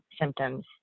symptoms